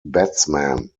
batsman